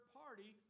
party